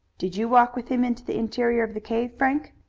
did you walk with him into the interior of the cave, frank?